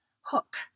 hook